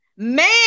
Man